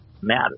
matter